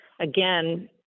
again